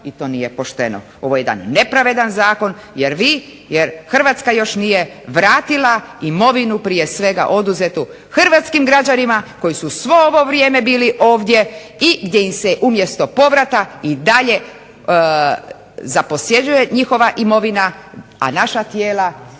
i to nije pošteno. Ovo je jedan nepravedan zakon jer Hrvatska još nije vratila imovinu prije svega oduzetu Hrvatskim građanima koji su svo ovo vrijeme bili ovdje i gdje im se umjesto povrata i dalje zaposjeđuje njihova imovina a naša tijela